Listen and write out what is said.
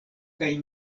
kaj